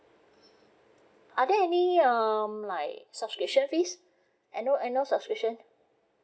are there any um like subscription fees annual annual subscription